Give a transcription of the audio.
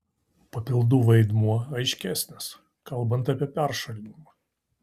papildų vaidmuo aiškesnis kalbant apie peršalimą